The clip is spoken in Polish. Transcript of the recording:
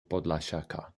podlasiaka